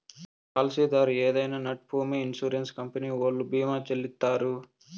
పాలసీదారు ఏదైనా నట్పూమొ ఇన్సూరెన్స్ కంపెనీ ఓల్లు భీమా చెల్లిత్తారు